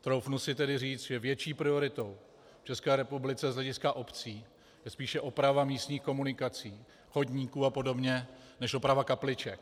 Troufnu si tedy říci, že větší prioritou v České republice z hlediska obcí je spíše oprava místních komunikací, chodníků a podobně než oprava kapliček.